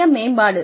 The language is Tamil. சுய மேம்பாடு